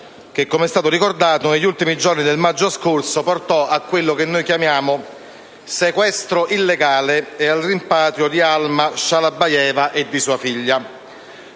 che, come è stato ricordato, negli ultimi giorni del maggio scorso portò a quello che noi chiamiamo sequestro illegale e al rimpatrio di Alma Shalabayeva e di sua figlia.